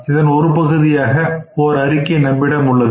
இதன் ஒரு பகுதியாக ஓர் அறிக்கை நம்மிடம் உள்ளது